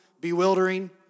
bewildering